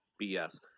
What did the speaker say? BS